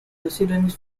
precedents